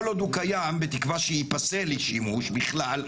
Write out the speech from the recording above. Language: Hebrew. עוד הוא קיים בתקוה שיפסל לשימוש בכלל,